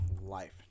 life